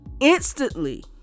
instantly